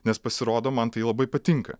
nes pasirodo man tai labai patinka